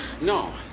No